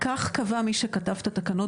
כך קבע מי שכתב את התקנות בזמנו.